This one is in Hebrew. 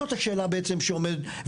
זאת בעצם השאלה שעומדת פה.